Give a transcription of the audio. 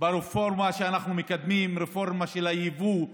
ברפורמה שאנחנו מקדמים, הרפורמה של היבוא,